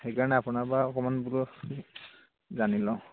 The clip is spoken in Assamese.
সেইকাৰণে আপোনাৰ পৰা অকণমান বোলো জানি লওঁ